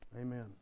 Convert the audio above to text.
Amen